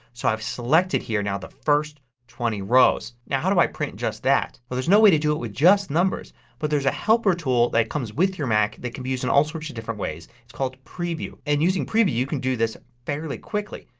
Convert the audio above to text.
so i've selected here now the first twenty rows. now how do i print just that? well there's no way to do it with just numbers but there's a helper tool that comes with your mac that can be used in all sorts of different ways called preview. in and using preview you can do this fairly quickly.